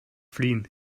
fliehen